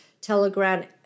Telegram